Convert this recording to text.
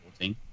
14